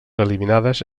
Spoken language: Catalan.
eliminades